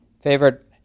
favorite